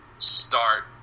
start